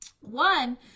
One